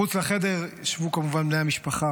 מחוץ לחדר ישבו כמובן בני המשפחה,